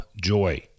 joy